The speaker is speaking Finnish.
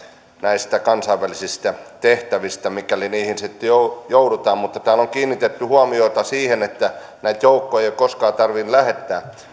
näistä kansainvälisistä tehtävistä mikäli niihin sitten joudutaan täällä on kiinnitetty huomiota siihen että näitä joukkoja ei ole koskaan tarvinnut lähettää